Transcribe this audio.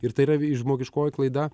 ir tai yra i žmogiškoji klaida